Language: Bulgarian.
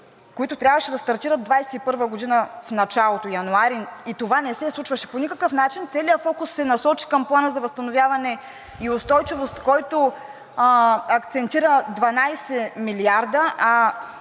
които трябваше да стартират в началото на 2021 г. – януари, и това не се случваше по никакъв начин. Целият фокус се насочи към Плана за възстановяване и устойчивост, който акцентира 12 млрд.